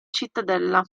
cittadella